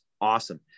awesome